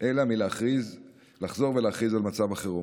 אלא מלחזור ולהכריז על מצב החירום.